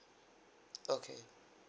okay